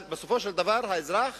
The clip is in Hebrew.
אבל בסופו של דבר האזרח